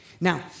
Now